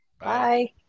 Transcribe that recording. Bye